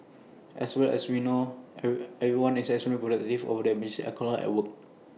and as we all know everyone is extremely protective of their emergency alcohol at work